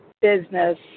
business